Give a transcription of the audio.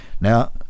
Now